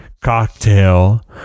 cocktail